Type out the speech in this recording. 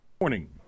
Morning